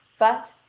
but,